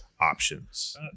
options